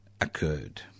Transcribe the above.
occurred